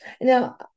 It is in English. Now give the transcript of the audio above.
Now